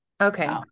Okay